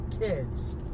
kids